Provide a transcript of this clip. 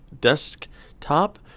desktop